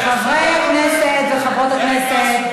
חברי הכנסת וחברות הכנסת,